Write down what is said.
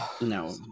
no